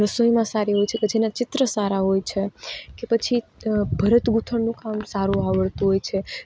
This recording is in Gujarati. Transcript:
રસોઈમાં સારી હોય છે કે પછી એના ચિત્ર સારા હોય છે કે પછી ભરતગૂંથણનું કામ સારું આવડતું હોય છે